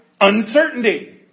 uncertainty